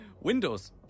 Windows